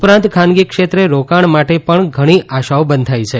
ઉપરાંત ખાનગી ક્ષેત્રે રોકાણ માટે પણ ઘણી આશાઓ બંધાઈ છે